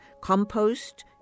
compost